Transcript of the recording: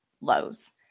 lows